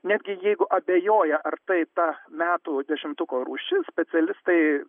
netgi jeigu abejoja ar tai ta metų dešimtuko rūšis specialistai